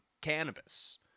cannabis